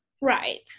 Right